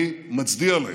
אני מצדיע להם.